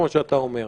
כמו שאתה אומר.